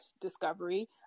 Discovery